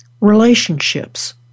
relationships